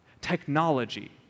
Technology